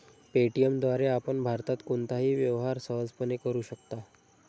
Paytm द्वारे आपण भारतात कोणताही व्यवहार सहजपणे करू शकता